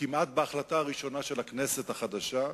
כמעט בהחלטה הראשונה של הכנסת החדשה,